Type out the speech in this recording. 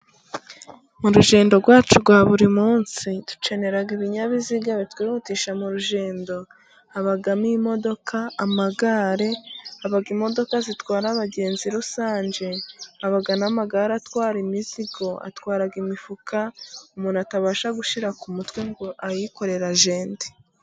Mu rugendo rwacu rwa buri munsi, dukenera ibinyabiziga bitwihutisha mu rugendo: habamo imodoka, amagare, haba imodoka zitwara abagenzi rusange, haba n' amagare atwara imizigo, atwara imifuka, umuntu atabasha gushira ku mutwe ngo ayikorere agende.